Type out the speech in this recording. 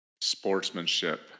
Sportsmanship